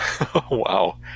Wow